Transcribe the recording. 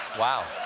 wow.